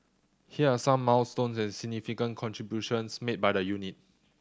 here are some milestones and significant contributions made by the unit